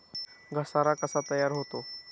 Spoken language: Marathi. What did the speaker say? घसारा कसा तयार होतो?